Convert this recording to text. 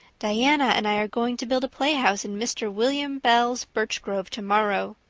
diana and i are going to build a playhouse in mr. william bell's birch grove tomorrow.